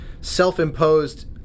self-imposed